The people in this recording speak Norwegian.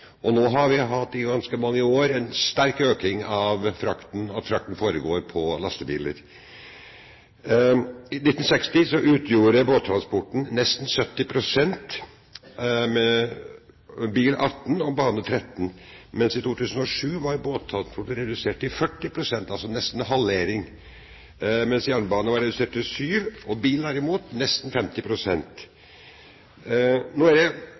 jernbane. Nå har vi i ganske mange år hatt en sterk økning av frakt på lastebiler. I 1960 utgjorde båttransport nesten 70 pst., lastebil 18 pst. og bane 13 pst. I 2007 var båttransport redusert til 40 pst. – altså nesten en halvering – mens jernbanetransport var redusert til 7 pst. Lastebiltransport, derimot, hadde økt til nesten 50 pst. Nå er det